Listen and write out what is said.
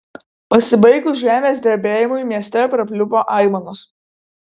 pasibaigus žemės drebėjimui mieste prapliupo aimanos